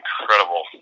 incredible